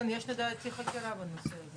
כן, לדעתי יש חקירה בנושא הזה.